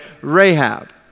Rahab